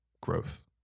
growth